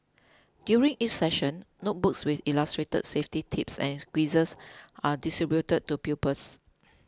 during each session notebooks with illustrated safety tips and quizzes are distributed to pupils